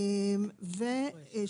גם וגם.